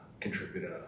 contribute